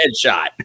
Headshot